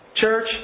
church